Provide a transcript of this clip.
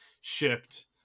shipped